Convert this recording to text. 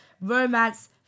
romance